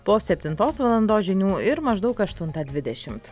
po septintos valandos žinių ir maždaug aštuntą dvidešimt